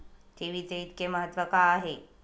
ठेवीचे इतके महत्व का आहे?